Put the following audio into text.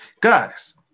Guys